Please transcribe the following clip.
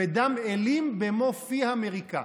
ודם אילים במו פיה מריקה"?